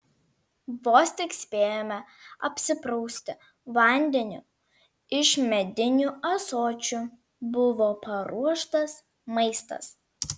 vos tik spėjome apsiprausti vandeniu iš medinių ąsočių buvo paruoštas maistas